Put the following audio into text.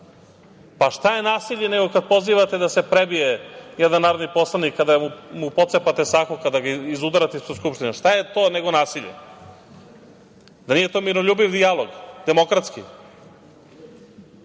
Pa, šta je nasilje nego kad pozivate da se prebije jedan narodni poslanik, kada mu pocepate sako, kada ga izudarate ispred Skupštine? Šta je to nego nasilje? Da nije to miroljubiv dijalog, demokratski?